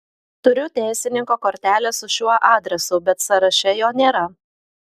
turiu teisininko kortelę su šiuo adresu bet sąraše jo nėra